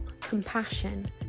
compassion